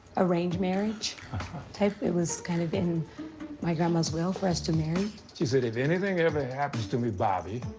arranged marriage type. it was kind of in my grandma's will for us to marry. she said, if anything ever happens to me, bobby,